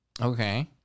Okay